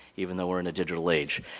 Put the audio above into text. even though we're in a digital age.